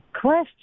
Question